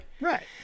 Right